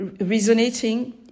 resonating